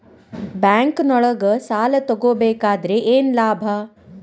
ಬ್ಯಾಂಕ್ನೊಳಗ್ ಸಾಲ ತಗೊಬೇಕಾದ್ರೆ ಏನ್ ಲಾಭ?